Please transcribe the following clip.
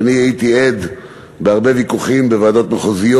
הייתי עד בהרבה ויכוחים בוועדות מחוזיות